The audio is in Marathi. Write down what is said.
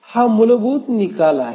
हा मूलभूत निकाल आहे